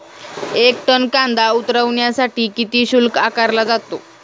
एक टन कांदा उतरवण्यासाठी किती शुल्क आकारला जातो?